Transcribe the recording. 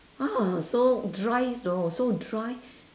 ah so dry you know so dry